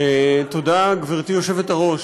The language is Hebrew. תודה, גברתי היושבת-ראש.